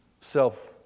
self